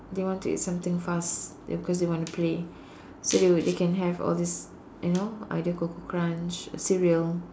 they want to eat something fast d~ cause they want to play so they will they can have all these you know either Koko-Krunch cereal